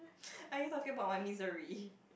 are you talking about my misery